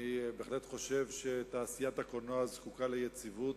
אני בהחלט חושב שתעשיית הקולנוע זקוקה ליציבות,